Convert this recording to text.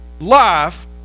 life